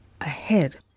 ahead